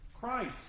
Christ